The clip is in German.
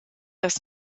das